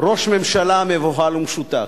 ראש ממשלה מבוהל ומשותק.